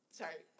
sorry